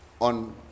on